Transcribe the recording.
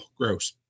gross